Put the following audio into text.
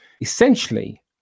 Essentially